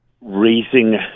raising